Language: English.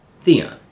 Theon